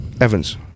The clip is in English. Evans